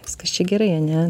viskas čia gerai ane